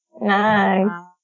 Nice